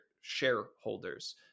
shareholders